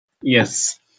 Yes